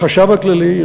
החשב הכללי,